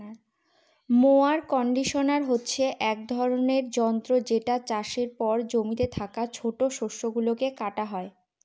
mower conditioner হচ্ছে এক ধরনের যন্ত্র যেটা চাষের পর জমিতে থাকা ছোট শস্য গুলোকে কাটা হয়